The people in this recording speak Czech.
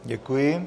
Děkuji.